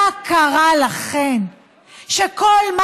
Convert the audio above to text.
מה קרה לכן שכל מה